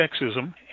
sexism